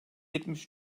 yetmiş